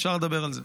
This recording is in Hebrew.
אפשר לדבר על זה.